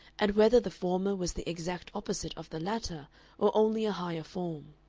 and whether the former was the exact opposite of the latter or only a higher form.